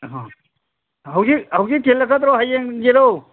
ꯑꯍꯥ ꯍꯧꯖꯤꯛ ꯍꯧꯖꯤꯛ ꯊꯤꯜꯂꯛꯀꯗ꯭ꯔꯣ ꯍꯌꯦꯡꯒꯤꯔꯣ